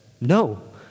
no